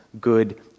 good